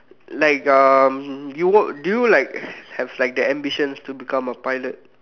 like um you work do you like have like the ambitions to become a pilot